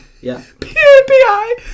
P-A-P-I